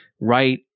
right